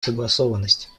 согласованность